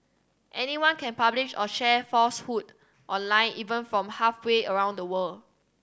anyone can publish or share falsehood online even from halfway around the world